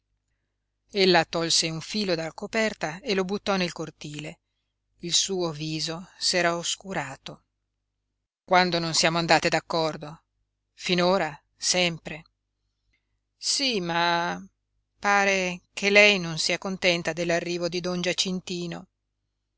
l'importante ella tolse un filo dalla coperta e lo buttò nel cortile il suo viso s'era oscurato quando non siamo andate d'accordo finora sempre sí ma pare che lei non sia contenta dell'arrivo di don giacintino